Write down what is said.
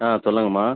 ஆ சொல்லுங்கமா